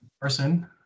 person